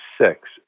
six